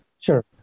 Sure